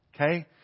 Okay